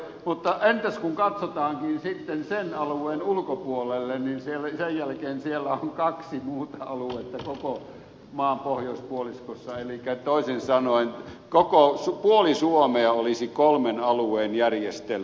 mutta entäs kun katsotaankin sitten sen alueen ulkopuolelle niin sen jälkeen siellä on kaksi muuta aluetta koko maan pohjoispuoliskossa elikkä toisin sanoen koko puoli suomea olisi kolmen alueen järjestelmässä